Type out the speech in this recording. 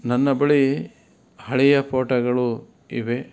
ನನ್ನ ಬಳಿ ಹಳೆಯ ಫೋಟೋಗಳು ಇವೆ